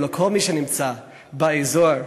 לכל מי שנמצא באזור,